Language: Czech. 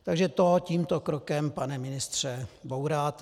Takže to tímto krokem, pane ministře, bouráte.